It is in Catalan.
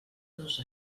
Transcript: dos